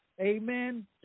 Amen